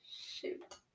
Shoot